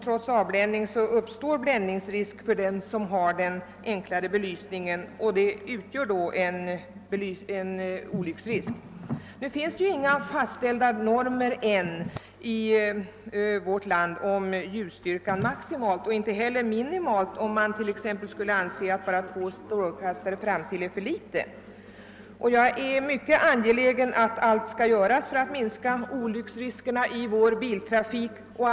Trots avbländning uppstår bländningsrisk för den som har den enklare belysningen, och detta utgör en olycksrisk, ännu finns inga normer fastställda i vårt land om den maximala ljusstyrkan. Det finns inte heller minimiregler, om det nu inte skulle vara tillräckligt med bara två strålkastare. Jag är mycket angelägen om att allt skall göras för att minska olycksriskerna i vår biltrafik.